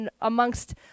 amongst